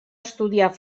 estudiar